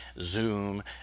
Zoom